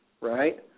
right